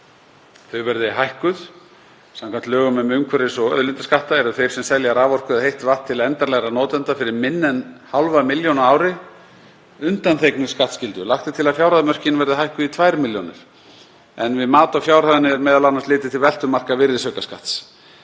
þau verði hækkuð. Samkvæmt lögum um umhverfis- og auðlindaskatta eru þeir sem selja raforku eða heitt vatn til endanlegra notenda fyrir minna en 500.000 kr. á ári undanþegnir skattskyldu. Lagt er til að fjárhæðarmörkin verði hækkuð í 2 milljónir en við mat á fjárhæðinni er meðal annars litið til veltumarka virðisaukaskatts.